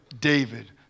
David